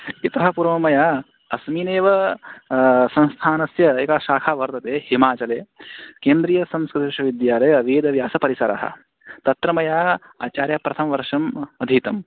इतः पूर्वं मया अस्मिन्नेव संस्थानस्य एका शाखा वर्तते हिमाचले केन्द्रिय संस्कृत विश्वविद्यालये वेदव्यासपरिसरः तत्र मया आचार्यप्रथमवर्षम् अधीतम्